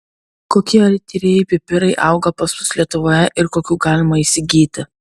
kokie aitrieji pipirai auga pas mus lietuvoje ir kokių galima įsigyti